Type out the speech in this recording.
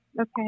Okay